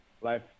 life